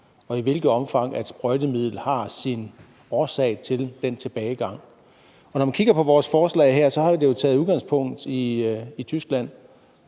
og i hvilket omfang sprøjtemidler er årsag til den tilbagegang. Når man kigger på vores forslag her, har det jo taget udgangspunkt i Tyskland